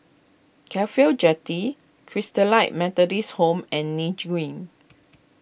Cafhi O Jetty Christalite Methodist Home and Nim Green